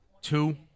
two